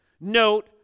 note